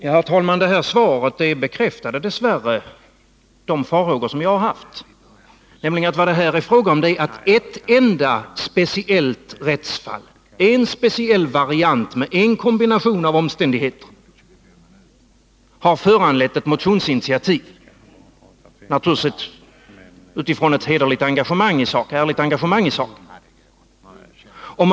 Herr talman! Inger Lindquists svar bekräftar dess värre mina farhågor, nämligen att ett enda speciellt rättsfall, en speciell variant med en kombination av omständigheter, har föranlett ett motionsinitiativ. Naturligtvis har det skett utifrån ett ärligt engagemang i saken.